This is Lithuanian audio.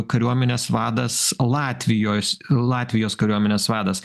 kariuomenės vadas latvijos latvijos kariuomenės vadas